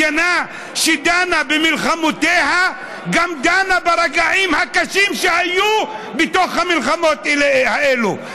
מדינה שדנה במלחמותיה דנה גם ברגעים הקשים שהיו בתוך המלחמות האלה.